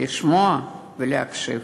לשמוע ולהקשיב.